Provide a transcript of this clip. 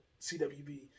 CWB